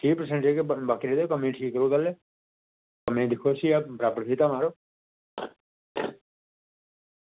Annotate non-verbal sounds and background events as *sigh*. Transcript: त्री प्रैसेंट गै बाकी रेह्दे *unintelligible* कम्म गी दिक्खो *unintelligible* बराबर फीता मारो